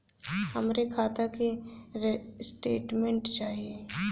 हमरे खाता के स्टेटमेंट चाही?